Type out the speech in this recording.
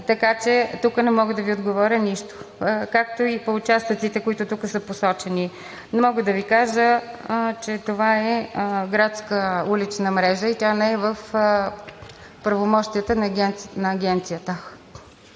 Така че тук не мога да Ви отговоря нищо, както и по участъците, които тук са посочени. Мога да Ви кажа, че това е градска улична мрежа и тя не е в правомощията на Агенцията.